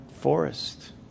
forest